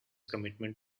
commitment